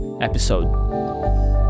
episode